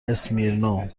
اسمیرنوو